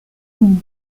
uni